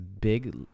big